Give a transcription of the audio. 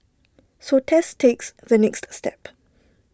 so Tess takes the next step